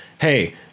hey